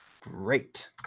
Great